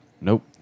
Nope